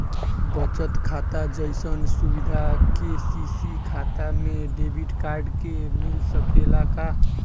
बचत खाता जइसन सुविधा के.सी.सी खाता में डेबिट कार्ड के मिल सकेला का?